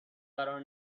قرار